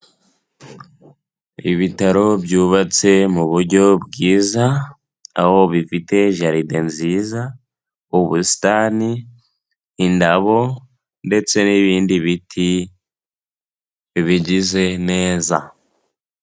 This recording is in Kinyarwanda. Ibitaro byubatse mu buryo bwiza, aho bifite jaride nziza, ubusitani, indabo ndetse n'ibindi biti bigize neza.